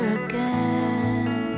again